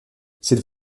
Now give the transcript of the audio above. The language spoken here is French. cette